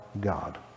god